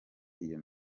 iyo